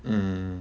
mm